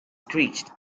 screeched